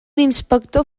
inspector